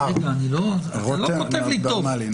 מרשות התאגידים נמצאת איתנו מיכל שמואלי,